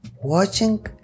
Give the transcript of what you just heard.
watching